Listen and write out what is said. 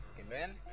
Amen